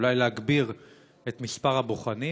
אולי להגביר את מספר הבוחנים?